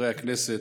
חברי הכנסת,